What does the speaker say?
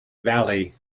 valley